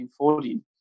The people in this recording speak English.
1940